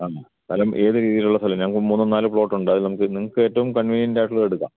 സ്ഥലം ഏത് രീതിയിലുള്ള സ്ഥലം ഞങ്ങൾക്ക് മൂന്ന് നാല് പ്ലോട്ടുണ്ട് അതിൽ നിങ്ങൾക്ക് നിങ്ങൾക്ക് ഏറ്റവും കൺവീനിയൻറ്റായിട്ടുള്ളത് എടുക്കാം